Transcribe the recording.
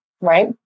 right